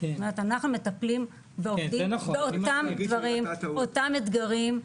אנחנו מטפלים ועובדים באותם אתגרים.